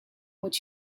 which